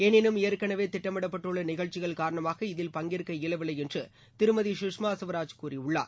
எனினும் ஏற்கனவே திட்டமிடப்பட்டுள்ள நிகழ்ச்சிகள் காரணமாக இதில் பங்கேற்க இயலவில்லை என்று திருமதி சுஷ்மா சுவராஜ் கூறியுள்ளார்